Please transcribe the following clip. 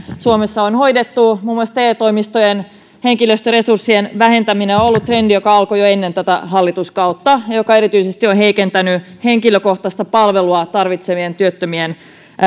suomessa on hoidettu muun muassa te toimistojen henkilöstöresurssien vähentäminen on ollut trendi joka alkoi jo ennen tätä hallituskautta ja joka on heikentänyt erityisesti henkilökohtaista palvelua tarvitsevien työttömien